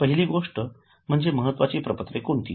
पहिली गोष्ट म्हणजे महत्त्वाची प्रपत्रे कोणती